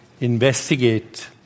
investigate